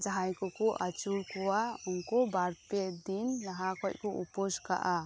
ᱡᱟᱦᱟᱸᱭ ᱠᱚᱠᱚ ᱟᱪᱩᱨ ᱠᱚᱣᱟ ᱩᱱᱠᱩ ᱵᱟᱨ ᱯᱮ ᱫᱤᱱ ᱞᱟᱦᱟ ᱠᱷᱚᱱ ᱠᱚ ᱩᱯᱟᱹᱥ ᱠᱟᱜᱼᱟ